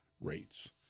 rates